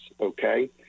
okay